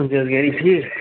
یم چھِ حظ گَرٕکۍ ٹھیٖک